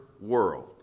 world